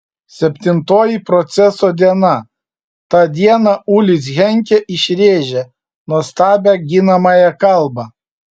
septintoji proceso diena tą dieną ulis henkė išrėžė nuostabią ginamąją kalbą